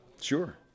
Sure